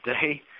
today